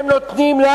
הם נותנים לנו.